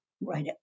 right